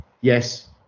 yes